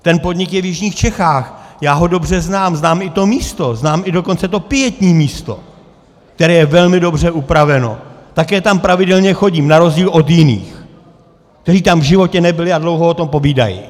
Ten podnik je v jižních Čechách, já ho dobře znám, znám i to místo, znám i dokonce to pietní místo, které je velmi dobře upraveno, také tam pravidelně chodím na rozdíl od jiných, kteří tam v životě nebyli a dlouho o tom povídají.